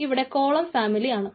ഇവിടെ കോളം ഫാമിലി ആണ്